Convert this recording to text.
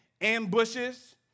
ambushes